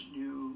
new